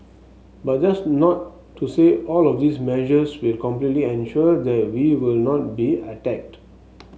but that's not to say all of these measures will completely ensure that we will not be attacked